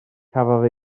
cafodd